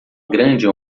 grande